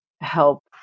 help